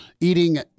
eating